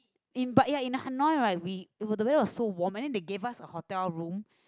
in but ya in Hanoi right we the weather was so warm and then they gave us a hotel room